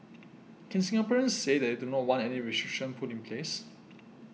can Singaporeans say that they do not want any restriction put in place